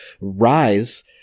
rise